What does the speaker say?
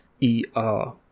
E-R